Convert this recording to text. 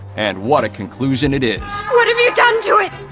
and what a conclusion it is. what have you done to it?